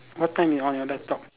what time you on your laptop